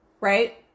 Right